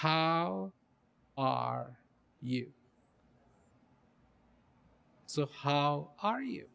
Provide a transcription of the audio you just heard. how are you so how are you